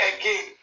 again